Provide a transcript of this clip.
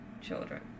children